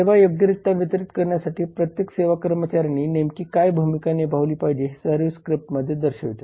सेवा योग्यरित्या वितरीत करण्यासाठी प्रत्येक सेवा कर्मचाऱ्यांनी नेमकी काय भूमिका निभावली पाहिजे हे सर्व्हिस स्क्रिप्ट दर्शवते